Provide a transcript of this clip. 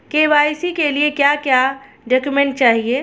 KYC के लिए क्या क्या डॉक्यूमेंट चाहिए?